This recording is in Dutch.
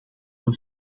een